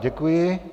Děkuji.